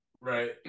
right